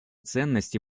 ценности